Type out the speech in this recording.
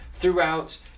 throughout